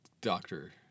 doctor